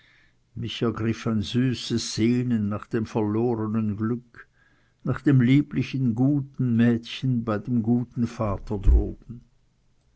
mich ergriff ein süßes sehnen nach dem verlornen glück nach dem lieblichen guten mädchen bei dem guten vater droben